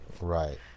right